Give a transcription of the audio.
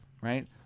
right